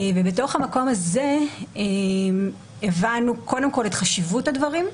ובתוך המקום הזה הבנו, קודם כל, את חשיבות הדברים,